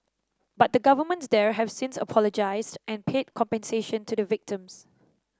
but the governments there have since apologised and paid compensation to the victims